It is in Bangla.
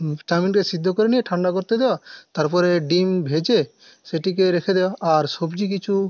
চাউমিনটা সিদ্ধ করে নিয়ে ঠান্ডা করতে দেওয়া তারপরে ডিম ভেজে সেটিকে রেখে দেওয়া আর সবজি কিছু